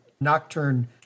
Nocturne